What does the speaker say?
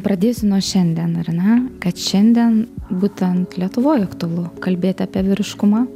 pradėsiu nuo šiandien ar ne kad šiandien būtent lietuvoj aktualu kalbėti apie vyriškumą